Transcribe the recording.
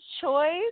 choice